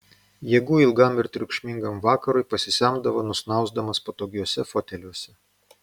jėgų ilgam ir triukšmingam vakarui pasisemdavo nusnausdamos patogiuose foteliuose